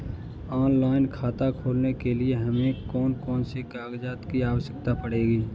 Online खाता खोलने के लिए हमें कौन कौन से कागजात की आवश्यकता पड़ेगी?